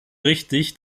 richtig